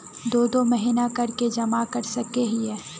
दो दो महीना कर के जमा कर सके हिये?